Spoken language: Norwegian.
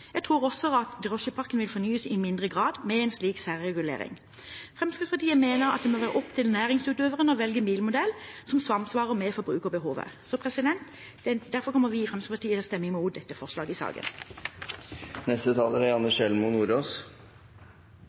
Jeg tror også at drosjeparken vil fornyes i mindre grad med en slik særregulering. Fremskrittspartiet mener at det må være opp til næringsutøverne å velge bilmodell som samsvarer med forbrukerbehovet. Derfor kommer vi i Fremskrittspartiet til å stemme mot forslaget til vedtak i denne saken. Det er